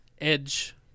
edge